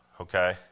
okay